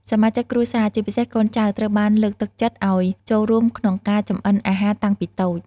សមាជិកគ្រួសារ ជាពិសេសកូនចៅ ត្រូវបានលើកទឹកចិត្តឱ្យចូលរួមក្នុងការចម្អិនអាហារតាំងពីតូច។